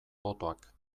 botoak